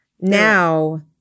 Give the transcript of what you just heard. Now